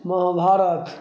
Mahabharat